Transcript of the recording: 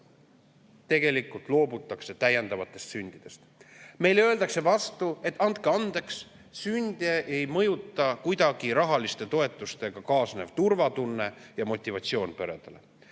tegelikult loobutakse täiendavatest sündidest. Meile öeldakse vastu, et andke andeks, sünde ei mõjuta kuidagi rahaliste toetustega peredele kaasnev turvatunne ja motivatsioon.